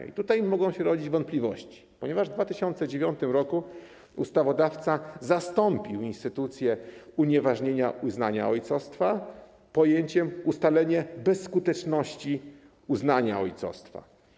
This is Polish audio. I tutaj mogą się rodzić wątpliwości, ponieważ w 2009 r. ustawodawca zastąpił instytucję unieważnienia uznania ojcostwa pojęciem „ustalenie bezskuteczności uznania ojcostwa”